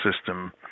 system